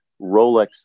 rolex